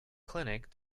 clinic